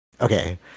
Okay